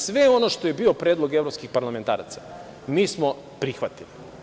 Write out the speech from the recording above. Sve ono što je bio predlog evropskih parlamentaraca, mi smo prihvatili.